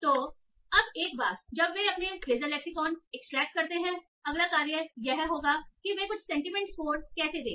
तो अब एक बार जब वे अपने फ्रेसएल लेक्सीकौन एक्सट्रैक्ट करते हैंअगला कार्य यह होगा कि वे उन्हें कुछ सेंटीमेंट स्कोर कैसे दें